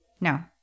No